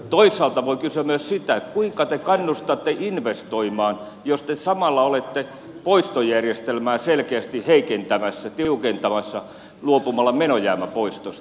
toisaalta voi kysyä myös sitä että kuinka te kannustatte investoimaan jos te samalla olette poistojärjestelmää selkeästi heikentämässä tiukentamassa luopumalla menojäämäpoistosta